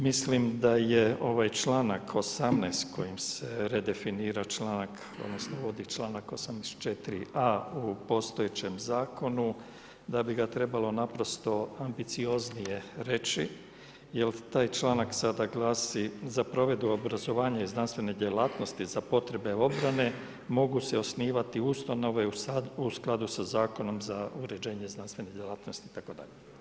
Mislim da je ovaj članak 18. kojim se redefinira odnosno uvodi članak 84.a u postojećem zakonu, da bi ga trebalo ambicioznije reći jel taj članak sada glasi „Za provedbu obrazovanja i znanstvene djelatnosti za potrebe obrane mogu se osnivati ustanove u skladu sa Zakonom za uređenje znanstvene djelatnosti“ itd.